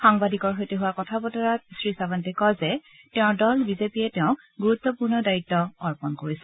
সাংবাদিকৰ সৈতে হোৱা কথা বতৰাত শ্ৰীছাৱণ্টে কয় যে তেওঁৰ দল বিজেপিয়ে তেওঁক গুৰুত্বপূৰ্ণ দায়িত্ব অৰ্পণ কৰিছে